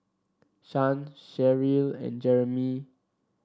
Shan Sherrill and Jeremie